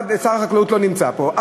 שר החקלאות לא נמצא פה,